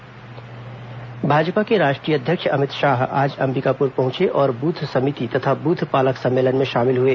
अमित शाह छत्तीसगढ़ भाजपा के राष्ट्रीय अध्यक्ष अमित शाह आज अंबिकापुर पहुंचे और बूथ समिति तथा बूथ पालक सम्मेलन में शामिल हए